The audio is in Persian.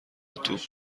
توپ